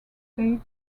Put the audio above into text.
state